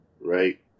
right